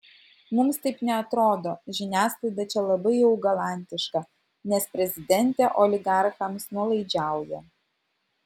mums taip neatrodo žiniasklaida čia labai jau galantiška nes prezidentė oligarchams nuolaidžiauja